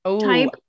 Type